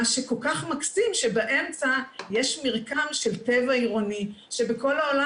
מה שכל כך מקסים שבאמצע יש מרקם של טבע עירוני שבכל העולם